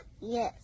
Yes